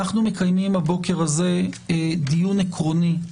אנחנו מקיימים הבוקר הזה דיון עיקרוני.